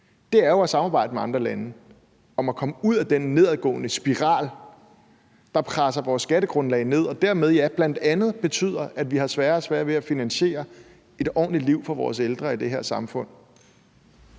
er jo at samarbejde med andre lande om at komme ud af den nedadgående spiral, der presser vores skattegrundlag ned, og som dermed bl.a. betyder, at vi har sværere og sværere ved at finansiere et ordentligt liv for vores ældre i det her samfund.